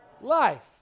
Life